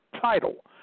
title